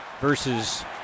versus